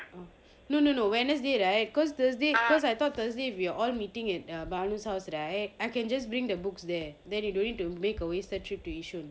no no no wednesday right cause thursday cause I thought thursday we are all meeting at malu's house right I can just bring the books there then you don't need to make a waste time trip to yishun